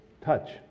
touch